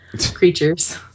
creatures